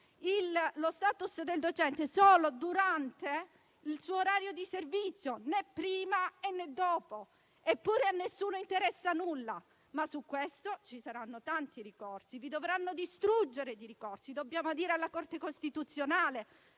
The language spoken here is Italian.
lo *status* del docente solo durante il suo orario di servizio, né prima, né dopo. Eppure, a nessuno interessa questo, ma ci saranno tanti ricorsi. Vi dovranno distruggere di ricorsi. Dobbiamo adire alla Corte costituzionale,